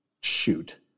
shoot